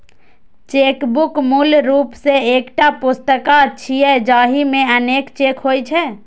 chequebook मूल रूप सं एकटा पुस्तिका छियै, जाहि मे अनेक चेक होइ छै